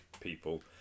people